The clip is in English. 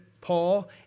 Paul